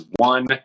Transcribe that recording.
one